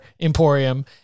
Emporium